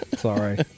Sorry